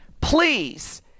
please